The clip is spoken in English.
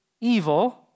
evil